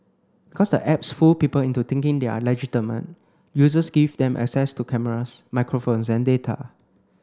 because the apps fool people into thinking they are legitimate users give them access to cameras microphones and data